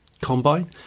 combine